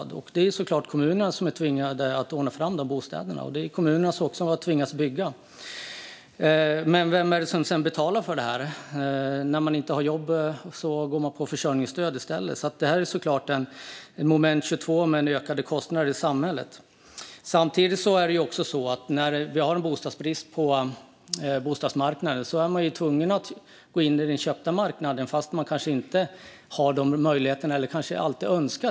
Det är såklart kommunerna som är tvingade att ordna fram de bostäderna, och det är kommunerna som har tvingats bygga. Men vem är det som sedan betalar för det här? När man inte har jobb går man på försörjningsstöd i stället. Det här är såklart ett moment 22 med ökade kostnader i samhället. Samtidigt är det också så att när vi har en bostadsbrist på bostadsmarknaden är man tvungen att gå in i den köpta marknaden fast man kanske inte alltid önskar det eller har de möjligheterna.